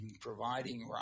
providing